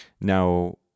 Now